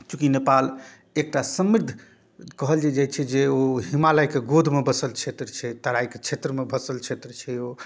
चूँकि नेपाल एकटा समृद्ध कहल जे जाइ छै जे ओ हिमालयके गोदमे बसल क्षेत्र छै तराइके क्षेत्रमे बसल क्षेत्र छै ओ